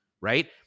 right